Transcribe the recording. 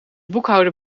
boekhouder